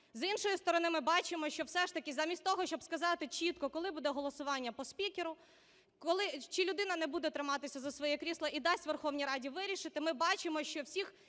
з іншої сторони ми бачимо, що все ж таки замість того, щоб сказати чітко, коли буде голосування по спікеру, чи людина не буде триматися за своє крісло і дасть Верховній Раді вирішити, ми бачимо, що всіх